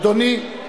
אדוני,